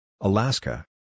Alaska